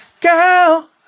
Girl